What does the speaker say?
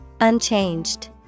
Unchanged